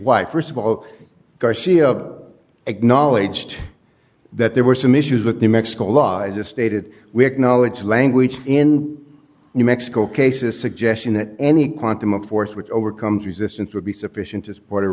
why st of all garcia acknowledged that there were some issues with new mexico laws just stated we acknowledge language in new mexico cases suggestion that any quantum of forth which overcomes resistance would be sufficient to support a